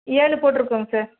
ஏழு போட்டிருக்கோங்க சார்